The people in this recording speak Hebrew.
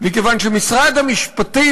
מכיוון שמשרד המשפטים,